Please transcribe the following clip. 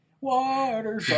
Water